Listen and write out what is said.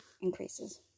increases